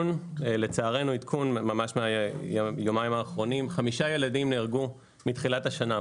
לצערנו עדכון ממש מהיומיים האחרונים: חמישה ילדים נהרגו מתחילת השנה,